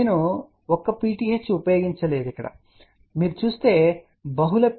అయితే మీరు నేను ఒక్క PTH ను ఉపయోగించలేదని ఇక్కడ చూస్తే బహుళ PTH ను ఉపయోగించాను అని మీరు గమనించవచ్చు